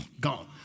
gone